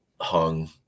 hung